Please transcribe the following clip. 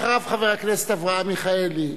ואחריו, חבר הכנסת אברהם מיכאלי.